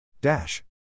Dash